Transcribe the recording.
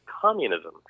communism